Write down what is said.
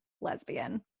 lesbian